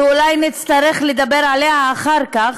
ואולי נצטרך לדבר עליה אחר כך,